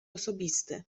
osobisty